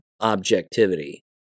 objectivity